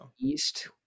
East